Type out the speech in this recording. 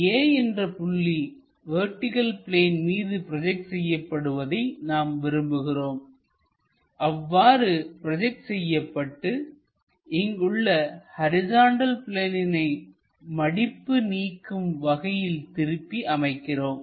A என்ற புள்ளி vertical plane மீது ப்ரோஜெக்ட் செய்யப்படுவதை நாம் விரும்புகிறோம் அவ்வாறு ப்ரோஜெக்ட் செய்யப்பட்டு இங்குள்ள ஹரிசாண்டல் பிளேனினை மடிப்பு நீக்கும் வகையில் அல்லது திருப்பி அமைக்க இருக்கிறோம்